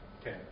Okay